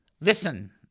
Listen